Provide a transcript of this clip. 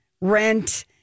rent